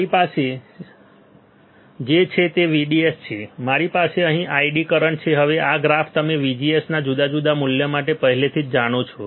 મારી પાસે જે છે તે VDS છે અને મારી પાસે અહીં ID કરંટ છે હવે આ ગ્રાફ તમે VGS ના જુદા જુદા મૂલ્ય માટે પહેલાથી જ જાણો છો